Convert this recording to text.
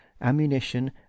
ammunition